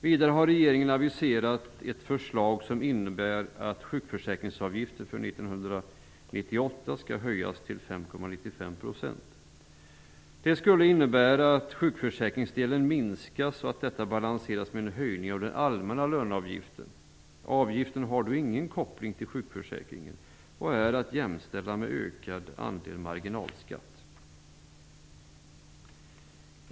Vidare har regeringen aviserat ett förslag som innebär att sjukförsäkringsavgiften för 1998 skall höjas till 5,95 %. Det skulle innebära att sjukförsäkringsdelen minskas och att detta balanseras med en höjning av den allmänna löneavgiften. Avgiften har då ingen koppling till sjukförsäkringen och är att jämställa med en ökad marginalskatt.